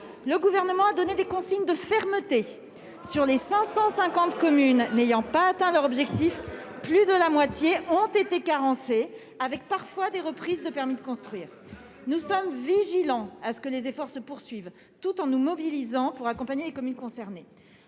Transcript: le Gouvernement a donné des consignes de fermeté : plus de la moitié des 550 communes n'ayant pas atteint leur objectif ont été carencées, avec parfois des reprises de permis de construire. Nous sommes attentifs à ce que les efforts se poursuivent, tout en nous mobilisant pour accompagner les communes concernées.